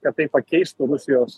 kad tai pakeistų rusijos